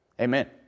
Amen